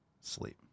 sleep